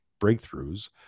breakthroughs